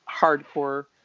hardcore